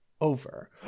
Over